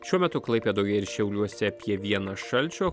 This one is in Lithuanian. šiuo metu klaipėdoje ir šiauliuose apie vienas šalčio